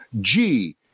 G-